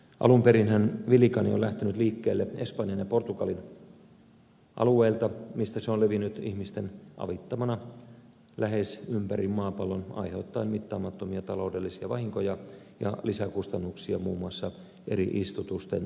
alun perinhän villikani on lähtenyt liikkeelle espanjan ja portugalin alueilta mistä se on levinnyt ihmisten avittamana lähes ympäri maapallon aiheuttaen mittaamattomia taloudellisia vahinkoja ja lisäkustannuksia muun muassa eri istutusten suojaamisessa